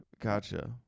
Gotcha